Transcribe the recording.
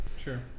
Sure